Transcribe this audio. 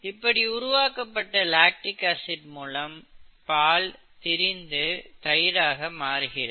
இப்படி உருவாக்கப்பட்ட lactic acid மூலம் பால் திரிந்து தயிராக மாறுகிறது